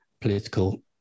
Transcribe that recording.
political